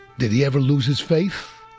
did he ever lose his faith?